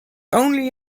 only